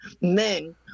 Men